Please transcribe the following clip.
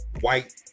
white